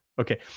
Okay